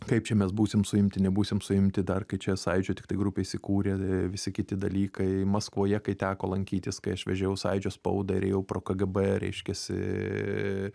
kaip čia mes būsim suimti nebūsim suimti dar kai čia sąjūdžio tiktai grupė įsikūrė visi kiti dalykai maskvoje kai teko lankytis kai aš vežiau sąjūdžio spaudą ir ėjau pro kgb reiškiasi